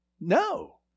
No